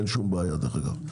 אין שום בעיה דרך אגב,